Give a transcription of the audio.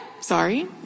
Sorry